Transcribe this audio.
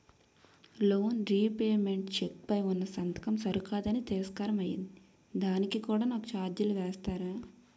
Loan repayment cheque పై ఉన్నా సంతకం సరికాదు అని తిరస్కారం అయ్యింది దానికి కూడా నాకు ఛార్జీలు వేస్తారా?